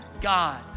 God